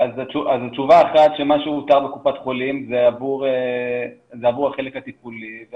תשובה אחת מה שהותר בקופת חולים זה עבור החלק הטיפולי.